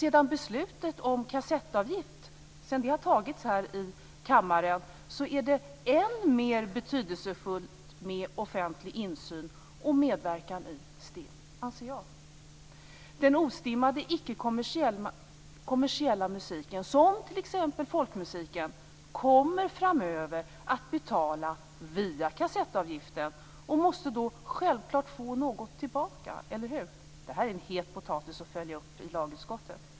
Sedan beslutet om kassettavgift fattades här i kammaren är det än mer betydelsefullt med offentlig insyn och medverkan i STIM, anser jag. Den "ostimmade" icke kommersiella musiken, såsom t.ex. folkmusiken, kommer framöver att betala kassettavgift och måste självklart få något tillbaka, eller hur? Detta är en het potatis att följa upp i lagutskottet.